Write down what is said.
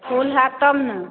फूल हैत तब ने